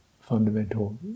fundamental